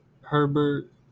Herbert